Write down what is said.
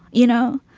you know,